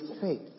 faith